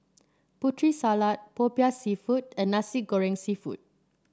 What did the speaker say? Putri Salad popiah seafood and Nasi Goreng seafood